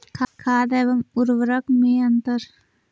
खाद एवं उर्वरक में अंतर?